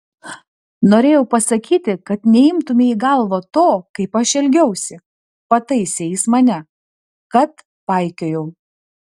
norėjau pasakyti kad neimtumei į galvą to kaip aš elgiausi pataisė jis mane kad paikiojau